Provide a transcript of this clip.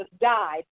died